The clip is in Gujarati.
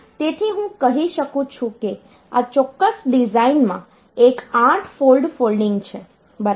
તેથી હું કહી શકું છું કે આ ચોક્કસ ડિઝાઇનમાં એક 8 ફોલ્ડ ફોલ્ડિંગ છે બરાબર